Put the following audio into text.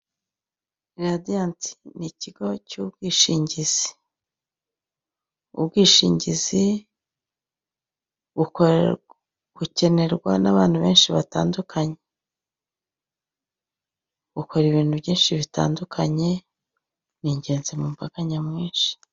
Radiyanti ni ikigo cy'ubwishingizi, ubwishingizi bukenerwa n'abantu benshi batandukanye, bukora ibintu byinshi bitandukanye ni ingenzi mu mbaga nyamwinshi.